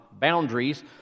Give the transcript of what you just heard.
boundaries